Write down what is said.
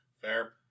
Fair